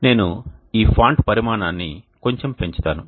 నేను ఈ ఫాంట్ పరిమాణాన్ని కొంచెం పెంచుతాను